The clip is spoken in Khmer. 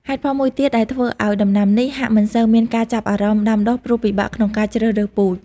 ហេតុផលមួយទៀតដែលធ្វើឲ្យដំណាំនេះ ហាក់មិនសូវមានការចាប់អារម្មណ៍ដាំដុះ ព្រោះពិបាកក្នុងការជ្រើសរើសពូជ។